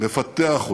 לפתח אותה,